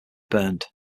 burned